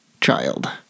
child